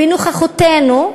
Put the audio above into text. בנוכחותנו שלנו,